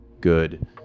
good